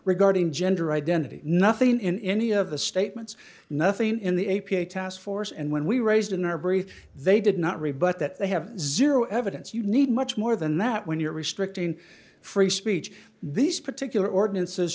regarding gender identity nothing in any of the statements nothing in the a p a task force and when we raised in our brief they did not rebut that they have zero evidence you need much more than that when you're restricting free speech this particular ordinances